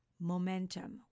momentum